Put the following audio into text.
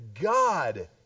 God